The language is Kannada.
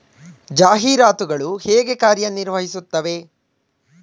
ಜಾಹೀರಾತುಗಳು ಹೇಗೆ ಕಾರ್ಯ ನಿರ್ವಹಿಸುತ್ತವೆ?